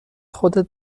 خودت